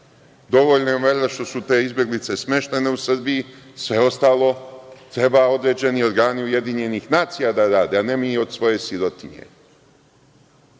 Dovoljno je valjda što su te izbeglice smeštene u Srbiji, sve ostalo treba određeni organi Ujedinjenih nacija da rade, a ne mi od svoje sirotinje.